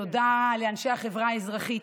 תודה לאנשי החברה האזרחית,